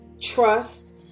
trust